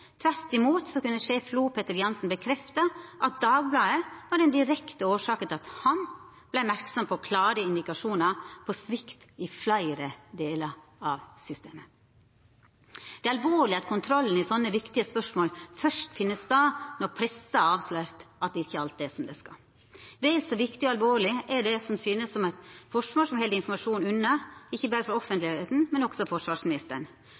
Tvert imot kunne sjef FLO, Petter Jansen, bekrefta at Dagbladet var den direkte årsaka til at han vart merksam på klare indikasjonar på svikt i fleire delar av systemet. Det er alvorleg at kontrollen i slike viktige spørsmål først finn stad når pressa har avslørt at ikkje alt er som det skal. Vel så viktig og alvorleg er det som synest som eit forsvar som held informasjon unna, ikkje berre for offentlegheita, men også for forsvarsministeren,